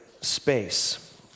space